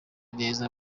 neza